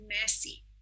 mercy